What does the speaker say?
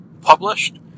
published